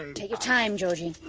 and take your time, georgie.